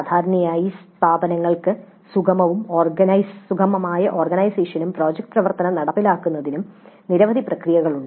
സാധാരണയായി സ്ഥാപനങ്ങൾക്ക് സുഗമമായ ഓർഗനൈസേഷനും പ്രോജക്റ്റ് പ്രവർത്തനം നടപ്പിലാക്കുന്നതിനും നിരവധി പ്രക്രിയകളുണ്ട്